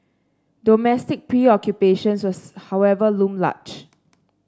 domestic preoccupations was however loom large